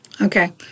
Okay